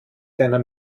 deiner